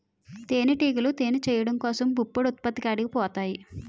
తేనిటీగలు తేనె చేయడం కోసం పుప్పొడి ఉత్పత్తి కాడికి పోతాయి